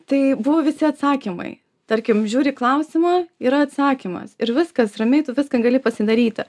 tai buvo visi atsakymai tarkim žiūri į klausimą yra atsakymas ir viskas ramiai tu viską gali pasidaryti